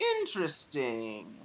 interesting